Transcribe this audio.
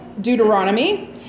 Deuteronomy